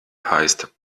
heißt